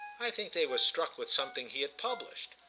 i think they were struck with something he had published.